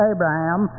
Abraham